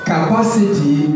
Capacity